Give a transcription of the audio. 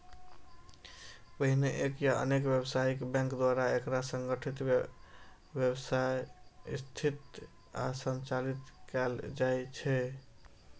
पहिने एक या अनेक व्यावसायिक बैंक द्वारा एकरा संगठित, व्यवस्थित आ संचालित कैल जाइ छै